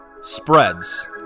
spreads